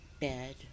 bed